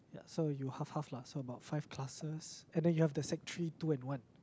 so you half half lah so about five classes and then you had the sec-three two and one